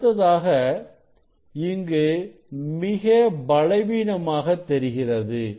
அடுத்ததாக இங்கு மிக பலவீனமாக தெரிகிறது